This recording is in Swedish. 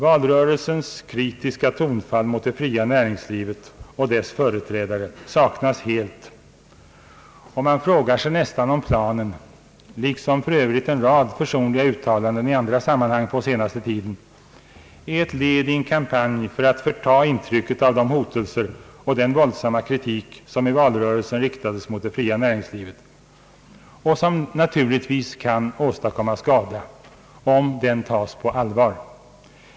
Valrörelsens kritiska tonfall mot det fria näringslivet och dess företrädare saknas helt, och man frågar sig nästan om planen — liksom för övrigt en rad försonliga uttalanden i andra sammanhang på senaste tiden — är ett led i en kampanj för att förta intrycket av de hotelser och den våldsamma kritik som i valrörelsen riktades mot det fria näringslivet och som naturligtvis kan åstadkomma skada, om den tas på allvar.